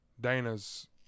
Dana's